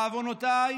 בעוונותיי,